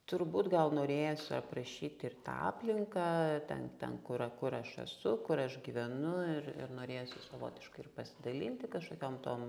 turbūt gal norėjosi aprašyti ir tą aplinką ten ten kura kur aš esu kur aš gyvenu ir ir norėjosi savotiškai ir pasidalinti kažkokiom tom